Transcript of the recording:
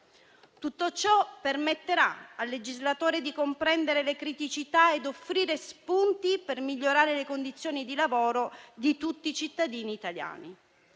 Tutto ciò permetterà al legislatore di comprendere le criticità e offrire spunti per migliorare le condizioni di lavoro di tutti i cittadini italiani.